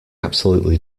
absolutely